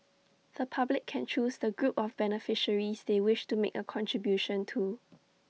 the public can choose the group of beneficiaries they wish to make A contribution to